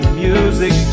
music